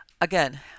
again